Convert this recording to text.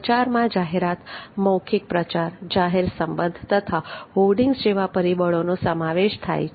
પ્રચારમાં જાહેરાત મૌખિક પ્રચાર જાહેર સંબંધ તથા હોર્ડિંગ્સ જેવાં પરિબળોનો સમાવેશ થાય છે